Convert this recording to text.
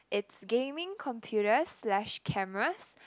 it's gaming computers slash cameras